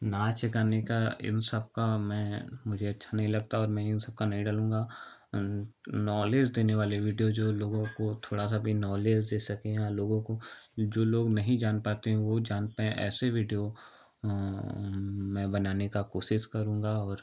नाच गाने का इन सबका मैं मुझे अच्छा नहीं लगता और मैं इन सबका नहीं डालूँगा नॉलेज देने वाले वीडियो जो लोगों को थोड़ा सा भी नॉलेज दे सकें या लोगों को जो लोग नहीं जान पाते हैं वो जान पाऍं ऐसे वीडियो मैं बनाने की कोशिश करूँगा और